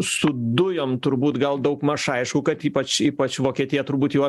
su dujom turbūt gal daugmaž aišku kad ypač ypač vokietija turbūt jau